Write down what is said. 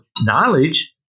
knowledge